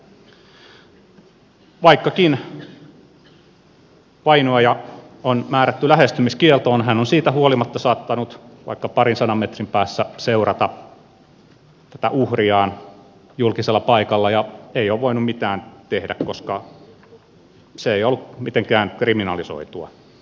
vaikkakin vainoaja on määrätty lähestymiskieltoon hän on siitä huolimatta saattanut vaikka parinsadan metrin päässä seurata tätä uhriaan julkisella paikalla ja ei ole voinut mitään tehdä koska se ei ole ollut mitenkään kriminalisoitua